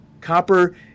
Copper